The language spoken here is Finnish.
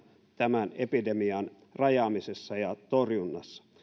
tämän epidemian rajaamisessa ja torjunnassa